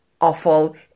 awful